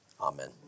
Amen